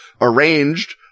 arranged